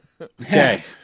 Okay